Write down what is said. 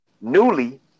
Newly